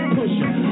pushing